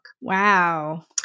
Wow